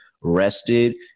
rested